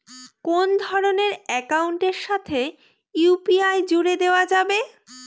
কোন ধরণের অ্যাকাউন্টের সাথে ইউ.পি.আই জুড়ে দেওয়া যাবে?